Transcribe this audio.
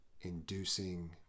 inducing